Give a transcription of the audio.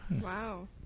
Wow